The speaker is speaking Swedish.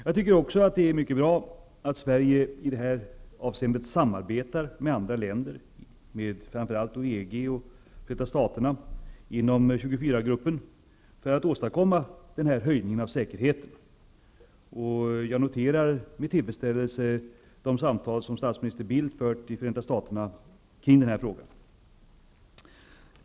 Jag tycker också att det är bra att Sverige i det här avseendet samarbetar med andra länder, framför allt EG-länderna och Förenta staterna inom G-24 gruppen, för att åstadkomma en höjning av säkerheten. Jag noterar med tillfredsställelse de samtal som statsminister Bildt har fört i Förenta staterna kring den här frågan.